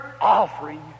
offering